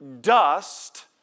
dust